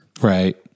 Right